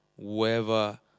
whoever